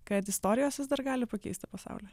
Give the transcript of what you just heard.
kad istorijos vis dar gali pakeisti pasaulį